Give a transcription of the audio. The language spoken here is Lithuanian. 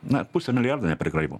na pusę milijardo neprigraibom